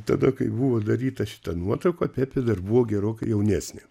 tada kai buvo daryta šita nuotrauka pepė dar buvo gerokai jaunesnė